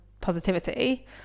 positivity